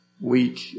weak